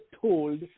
told